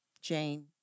Jane